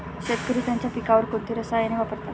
शेतकरी त्यांच्या पिकांवर कोणती रसायने वापरतात?